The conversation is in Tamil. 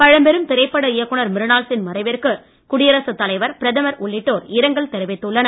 பழம்பெரும் திரைப்பட இயக்குனர் மிருனாள் சென் மறைவிற்கு குடியரசு தலைவர் பிரதமர் உள்ளிட்டோர் இரங்கல் தெரிவித்துள்ளனர்